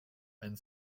and